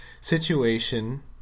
situation